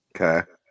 Okay